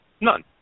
None